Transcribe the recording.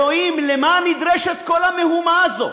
אלוהים, למה נדרשת כל המהומה הזאת?